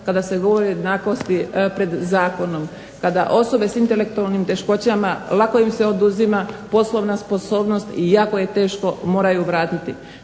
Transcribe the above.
kada se govori o jednakosti pred zakonom kada osobe s intelektualnim teškoćama lako im se oduzima poslovna sposobnost i jako je teško moraju vratiti.